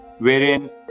wherein